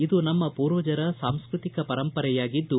ಇದು ನಮ್ಮ ಪೂರ್ವಜರ ಸಾಂಸ್ಕೃತಿಕ ಪರಂಪರೆಯಾಗಿದ್ದು